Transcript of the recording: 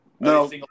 No